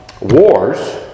wars